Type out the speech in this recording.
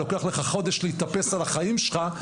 לוקח לך חודש להתאפס על החיים שלך.